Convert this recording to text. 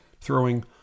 throwing